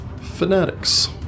Fanatics